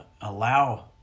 allow